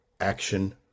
action